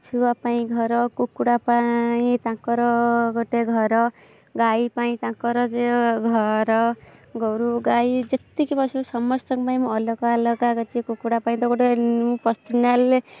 ଛୁଆ ପାଇଁ ଘର କୁକୁଡ଼ା ପାଇଁ ତାଙ୍କର ଗୋଟେ ଘର ଗାଈ ପାଇଁ ତାଙ୍କର ଯେଉଁ ଘର ଗୋରୁ ଗାଈ ଯେତିକି ପଶୁ ସମସ୍ତଙ୍କ ପାଇଁ ମୁଁ ଅଲଗା ଅଲଗା କରିଛି କୁକୁଡ଼ା ପାଇଁ ତ ଗୋଟେ ମୁଁ ପର୍ସନାଲରେ